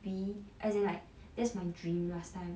be as in like that's my dream last time